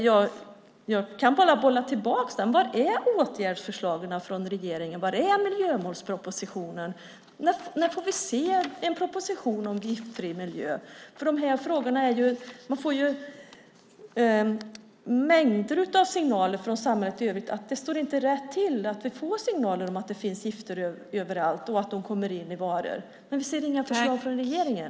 Jag kan bara bolla tillbaka: Var är åtgärdsförslagen från regeringen? Var är miljömålspropositionen? När får vi se en proposition om en giftfri miljö? Man får mängder av signaler från samhället i övrigt om att det inte står rätt till i de här frågorna. Vi får signaler om att det finns gifter överallt och att de kommer in i varor. Men vi ser inga förslag från regeringen.